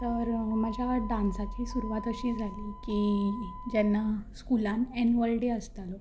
तर म्हाज्या डान्साची सुरवात अशी जाली की जेन्ना स्कुलान एनुअल डे आसतालो